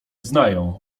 znają